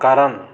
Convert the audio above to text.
कारण